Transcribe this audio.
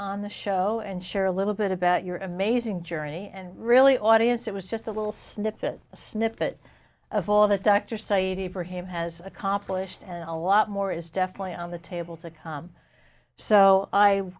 on the show and share a little bit about your amazing journey and really audience it was just a little snippet a snippet of all that dr saeed abraham has accomplished and a lot more is definitely on the table to come so i